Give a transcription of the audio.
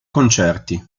concerti